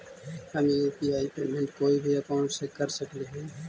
हम UPI payment कोई भी अकाउंट से कर सकली हे?